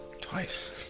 Twice